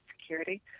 Security